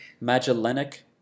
Magellanic